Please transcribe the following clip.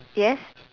yes